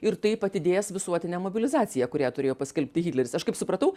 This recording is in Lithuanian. ir taip atidės visuotinę mobilizaciją kurią turėjo paskelbti hitleris aš kaip supratau